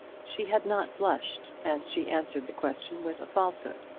she had not blushed as she answered the question with a falsehood.